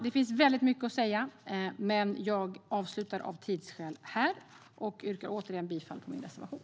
Det finns mycket att säga. Men jag avslutar här och yrkar återigen bifall till min reservation.